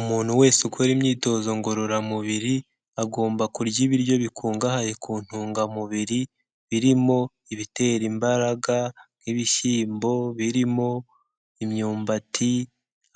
Umuntu wese ukora imyitozo ngororamubiri, agomba kurya ibiryo bikungahaye ku ntungamubiri, birimo ibitera imbaraga nk'ibishyimbo birimo imyumbati,